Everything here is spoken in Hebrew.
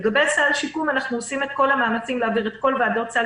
לגבי סל שיקום אנחנו עושים את כל המאמצים להעביר את כל ועדות סל